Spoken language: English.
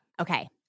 Okay